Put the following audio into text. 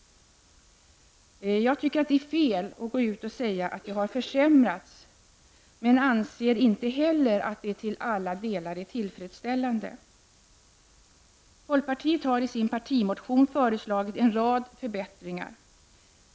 Jag tycker att det är felaktigt att säga att det har försämrats, men anser inte heller att det till alla delar är tillfredsställande. Folkpartiet har i sin partimotion föreslagit en rad förbättringar.